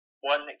one